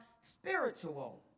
spiritual